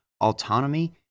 autonomy